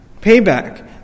payback